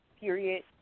period